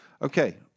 Okay